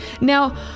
Now